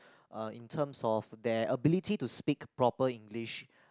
uh in terms of their ability to speak proper English